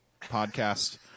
podcast